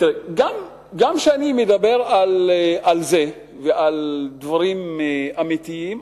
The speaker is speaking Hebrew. גם כשאני מדבר על זה ועל דברים אמיתיים,